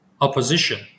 opposition